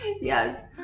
Yes